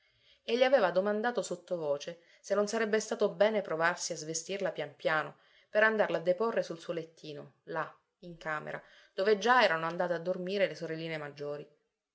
e le aveva domandato sottovoce se non sarebbe stato bene provarsi a svestirla pian piano per andarla a deporre sul suo lettino là in camera dove già erano andate a dormire le sorelline maggiori